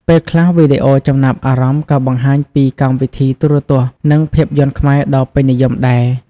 ពេលខ្លះ វីដេអូចំណាប់អារម្មណ៍ក៏បង្ហាញពីកម្មវិធីទូរទស្សន៍ និងភាពយន្តខ្មែរដ៏ពេញនិយមដែរ។